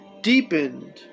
deepened